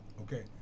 okay